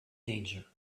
danger